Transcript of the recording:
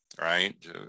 right